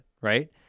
right